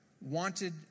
wanted